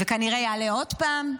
וכנראה יעלה עוד פעם.